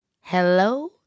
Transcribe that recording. Hello